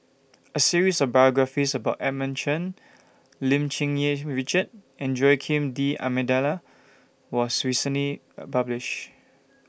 A series of biographies about Edmund Chen Lim Cherng Yih Richard and Joaquim D'almeida was recently A published